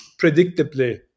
predictably